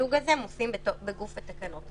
מהסוג הזה, עושים בגוף התקנות.